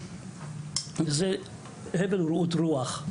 זהו הבל ורעות רוח,